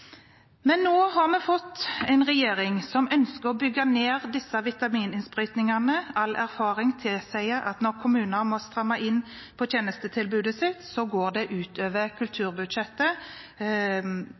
Men nå har vi fått en regjering som ønsker å bygge ned disse vitamininnsprøytingene. All erfaring tilsier at når kommuner må stramme inn på tjenestetilbudet sitt, går det